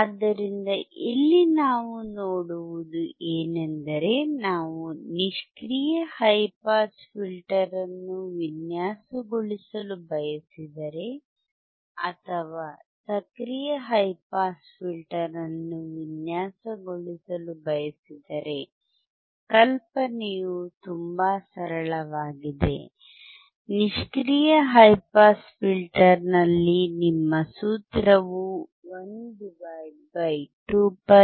ಆದ್ದರಿಂದ ಇಲ್ಲಿ ನಾವು ನೋಡುವುದು ಏನೆಂದರೆ ನಾವು ನಿಷ್ಕ್ರಿಯ ಹೈ ಪಾಸ್ ಫಿಲ್ಟರ್ ಅನ್ನು ವಿನ್ಯಾಸಗೊಳಿಸಲು ಬಯಸಿದರೆ ಅಥವಾ ಸಕ್ರಿಯ ಹೈ ಪಾಸ್ ಫಿಲ್ಟರ್ ಅನ್ನು ವಿನ್ಯಾಸಗೊಳಿಸಲು ನಾವು ಬಯಸಿದರೆ ಕಲ್ಪನೆಯು ತುಂಬಾ ಸರಳವಾಗಿದೆ ನಿಷ್ಕ್ರಿಯ ಹೈ ಪಾಸ್ ಫಿಲ್ಟರ್ನಲ್ಲಿ ನಿಮ್ಮ ಸೂತ್ರವು 1 2πRC